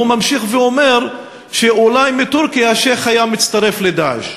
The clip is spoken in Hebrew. והוא ממשיך ואומר שאולי מטורקיה השיח' היה מצטרף ל"דאעש".